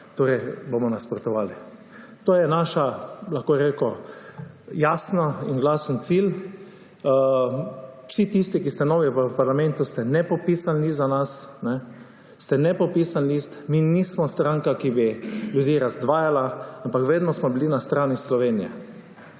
Torej bomo nasprotovali. To je naš, lahko bi rekel, jasen in glasen cilj. Vsi tisti, ki ste novi v parlamentu, ste za nas nepopisan list. Ste nepopisan list, mi nismo stranka, ki bi ljudi razdvajala, ampak vedno smo bili na strani Slovenije.